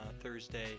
Thursday